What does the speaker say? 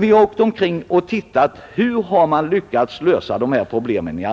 Vi har åkt omkring och studerat hur man i andra länder lyckats lösa dessa problem.